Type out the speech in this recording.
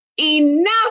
enough